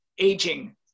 aging